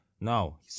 No